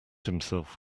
himself